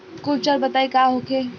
कुछ उपचार बताई का होखे?